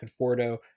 Conforto